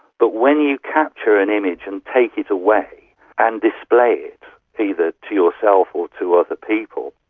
but when you capture an image and take it away and display it, either to yourself or to other people,